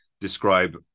describe